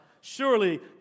Surely